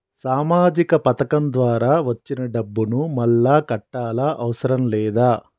సామాజిక పథకం ద్వారా వచ్చిన డబ్బును మళ్ళా కట్టాలా అవసరం లేదా?